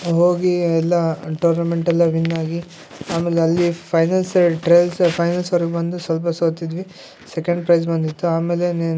ಹೋಗಿ ಎಲ್ಲ ಟೂರ್ನಾಮೆಂಟೆಲ್ಲಾ ವಿನ್ನಾಗಿ ಅಮೇಲೆ ಅಲ್ಲಿ ಫೈನಲ್ಸ್ ಟ್ರೇಲ್ಸ್ ಫೈನಲ್ಸ್ವರೆಗೆ ಬಂದು ಸ್ವಲ್ಪ ಸೋತಿದ್ವಿ ಸೆಕೆಂಡ್ ಪ್ರೈಸ್ ಬಂದಿತ್ತು ಆಮೇಲೆ ನಿನ್ನೀ